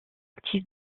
actif